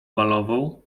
balową